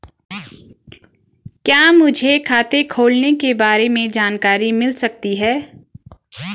क्या मुझे खाते खोलने के बारे में जानकारी मिल सकती है?